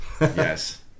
Yes